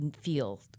feel